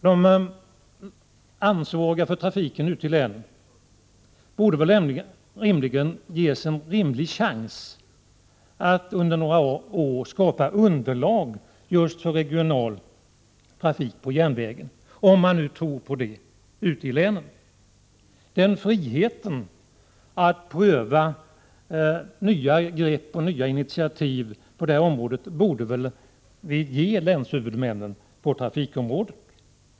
De som är ansvariga för trafiken ute i länen borde rimligen ges en chans att under några år skapa underlag för just regional trafik på järnvägen, om man nu tror på detta ute i länen. Den friheten att pröva nya grepp och initiativ på detta område borde vi väl ge länshuvudmännen på trafikområdet.